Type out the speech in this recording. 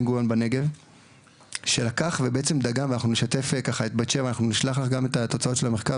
גוריון בנגב שלקחו ודגמו ונשתף את בת שבע ונשלח לך את תוצאות המחקר,